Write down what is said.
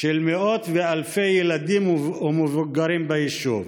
של מאות ואלפי ילדים ומבוגרים ביישוב.